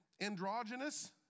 androgynous